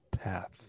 path